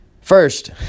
First